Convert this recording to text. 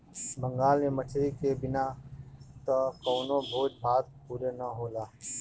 बंगाल में मछरी के बिना त कवनो भोज भात पुरे ना होला